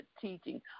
teaching